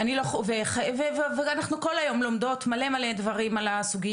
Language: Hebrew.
ואנחנו רואות את זה